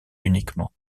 uniquement